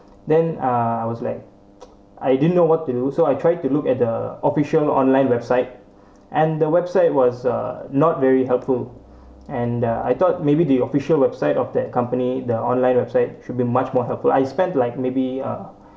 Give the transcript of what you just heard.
then uh I was like I didn't know what to do so I try to look at the official online website and the website was uh not very helpful and the I thought maybe the official website of that company the online website should be much more helpful I spent like maybe uh